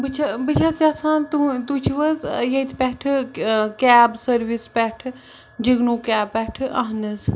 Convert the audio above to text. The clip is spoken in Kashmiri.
بہٕ چھَس بہٕ چھَس یَژھان تُہۍ چھِو حظ ییٚتہِ پٮ۪ٹھٕ کیب سٔروِس پٮ۪ٹھٕ جگنو کیب پٮ۪ٹھٕ اہن حظ